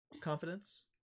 Confidence